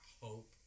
hope